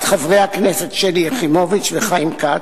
חברי הכנסת שלי יחימוביץ וחיים כץ.